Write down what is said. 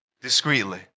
Discreetly